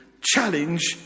challenge